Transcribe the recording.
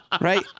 right